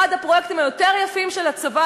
אחד הפרויקטים היותר-יפים של הצבא,